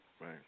Right